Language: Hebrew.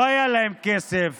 לא היה להן כסף